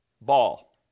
ball